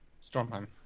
Stormheim